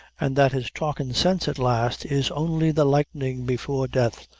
and that his talkin' sense at last is only the lightening before death,